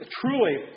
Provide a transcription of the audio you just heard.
truly